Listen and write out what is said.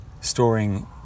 storing